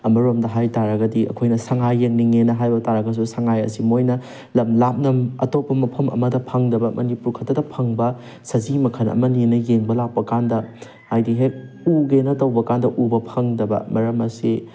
ꯑꯃꯔꯣꯝꯗ ꯍꯥꯏꯇꯥꯔꯒꯗꯤ ꯑꯩꯈꯣꯏꯅ ꯁꯉꯥꯏ ꯌꯦꯡꯅꯤꯡꯉꯦꯅ ꯍꯥꯏꯕꯇꯔꯒꯁꯨ ꯁꯉꯥꯏ ꯑꯁꯤ ꯃꯣꯏꯅ ꯂꯝ ꯂꯥꯞꯅ ꯑꯇꯣꯞꯄ ꯃꯐꯝ ꯑꯃꯗ ꯐꯪꯗꯕ ꯃꯅꯤꯄꯨꯔ ꯈꯛꯇꯗ ꯐꯪꯕ ꯁꯖꯤ ꯃꯈꯜ ꯑꯃꯅꯦꯅ ꯌꯦꯡꯕ ꯂꯥꯛꯄ ꯀꯥꯟꯗ ꯍꯥꯏꯗꯤ ꯍꯦꯛ ꯎꯒꯦꯅ ꯇꯧꯕ ꯀꯥꯟꯗ ꯎꯕ ꯐꯪꯗꯕ ꯃꯔꯝ ꯑꯁꯤ